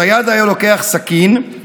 הצייד היה לוקח סכין,